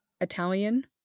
Italian